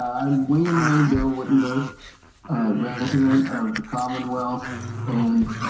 um i'm we may build wittenberg resident of the commonwealth and